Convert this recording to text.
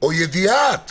בידיעת